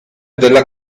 della